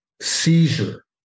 seizure